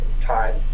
time